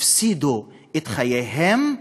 הפסידו את חייהם,